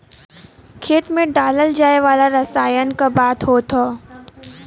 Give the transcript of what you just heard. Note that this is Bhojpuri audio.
खेत मे डालल जाए वाला रसायन क बात होत हौ